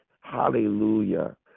Hallelujah